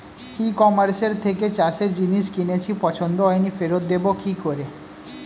ই কমার্সের থেকে চাষের জিনিস কিনেছি পছন্দ হয়নি ফেরত দেব কী করে?